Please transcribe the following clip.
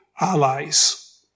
allies